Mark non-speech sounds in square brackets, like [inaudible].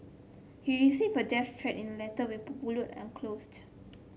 he received a death threat in letter with [unintelligible] enclosed